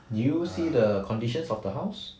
did you see the conditions of the house